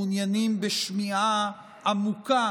מעוניינים בשמיעה עמוקה